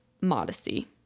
modesty